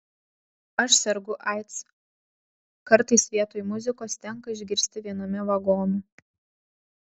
aš sergu aids kartais vietoj muzikos tenka išgirsti viename vagonų